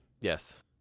Yes